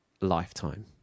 lifetime